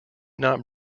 not